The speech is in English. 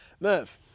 Merv